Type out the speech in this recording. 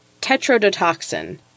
tetrodotoxin